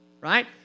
right